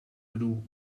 bru